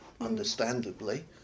understandably